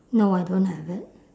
no I don't have it